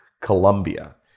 Colombia